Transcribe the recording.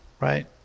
right